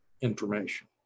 information